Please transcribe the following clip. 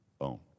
own